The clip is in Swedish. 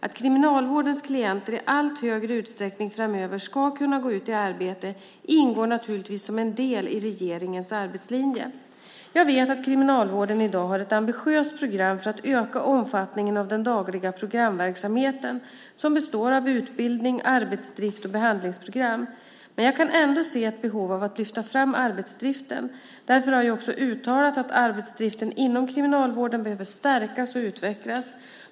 Att kriminalvårdens klienter i allt större utsträckning framöver ska kunna gå ut i arbete ingår naturligtvis som en del i regeringens arbetslinje. Jag vet att Kriminalvården i dag har ett ambitiöst program för att öka omfattningen av den dagliga programverksamheten som består av utbildning, arbetsdrift och behandlingsprogram. Men jag kan ändå se ett behov av att lyfta fram arbetsdriften. Därför har jag också uttalat att arbetsdriften inom Kriminalvården behöver stärkas och utvecklas.